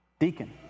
Deacon